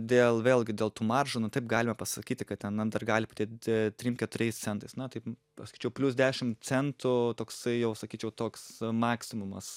dėl vėlgi dėl tų maržų nu taip galima pasakyti kad ten an gali padidėt trim keturiais centais na taip paskaičiavau plius dešim centų toksai jau sakyčiau toks maksimumas